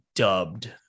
Dubbed